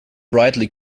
brightly